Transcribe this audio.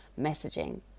messaging